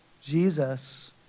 Jesus